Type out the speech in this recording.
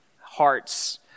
hearts